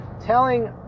telling